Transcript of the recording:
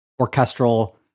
Orchestral